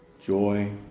Joy